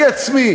אני עצמי